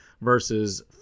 versus